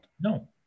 No